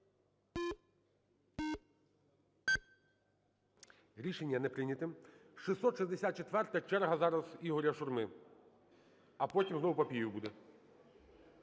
Рішення не прийнято. 664-а. Черга зараз Ігоря Шурми. А потім знову Папієв буде.